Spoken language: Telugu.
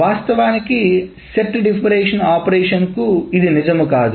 వాస్తవానికి సెట్ డిఫరెన్స్ ఆపరేషన్ కు ఇది నిజం కాదు